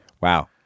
Wow